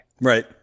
Right